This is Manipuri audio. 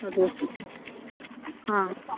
ꯑꯗꯨ ꯑꯥ